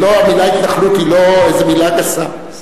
המלה התנחלות היא לא מלה גסה.